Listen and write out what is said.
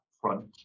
front